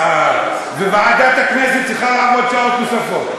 אה, וועדת הכנסת צריכה לעבוד שעות נוספות?